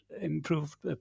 improved